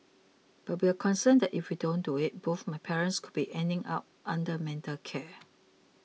but we're concerned that if we don't do it both my parents could be ending up under mental care